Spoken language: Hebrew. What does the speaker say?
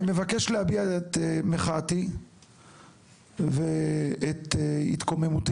הבנתי, אני מבקש להביע את מחאתי ואת התקוממותי